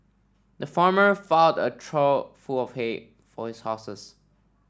the farmer a trough full of hay for his horses